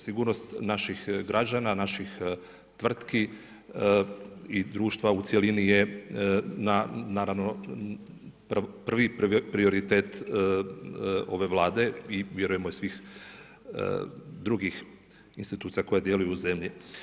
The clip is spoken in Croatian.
Sigurnost naših građana, naših tvrtki i društva u cjelini je naravno, prvi prioritet ove Vlade i vjerujemo i svih drugih institucija koje djeluju u zemlji.